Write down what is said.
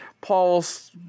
Paul's